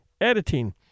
editing